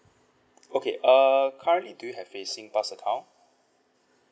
okay err currently do you have a singpass account